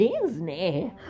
Disney